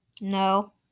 No